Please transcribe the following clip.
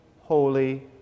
holy